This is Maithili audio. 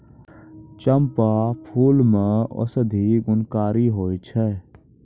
चंपा फूल मे औषधि गुणकारी होय छै